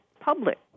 public